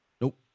Nope